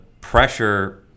pressure